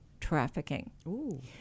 trafficking